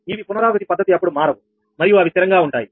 ఇవి పునరావృతి పద్ధతి అప్పుడు మారవు మరియు అవి స్థిరంగా ఉంటాయి